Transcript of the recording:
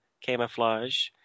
camouflage